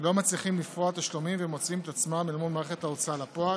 לא מצליחים לפרוע תשלומים ומוצאים את עצמם אל מול מערכת ההוצאה לפועל,